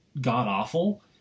god-awful